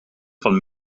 van